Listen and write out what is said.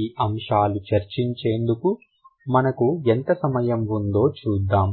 ఈ అంశాలు చర్చించేందుకు మనకు ఎంత సమయం ఉందో చూద్దాం